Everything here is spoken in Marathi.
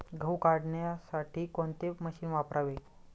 गहू काढण्यासाठी कोणते मशीन वापरावे?